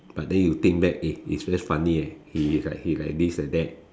but then you think back eh it's very funny eh he is like like this like that